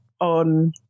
on